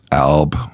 alb